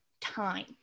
time